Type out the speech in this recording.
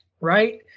right